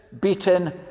beaten